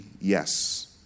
yes